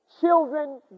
children